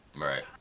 Right